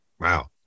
Wow